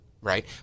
right